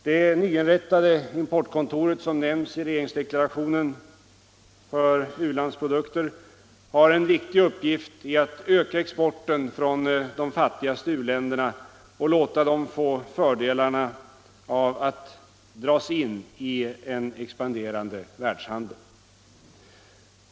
Det nyinrättade importkontoret för ulandsprodukter, som omnämns i regeringsdeklarationen, har en viktig uppgift i att öka exporten från de fattigaste u-länderna och låta dem få fördelarna av att dras in i en expanderande världshandel.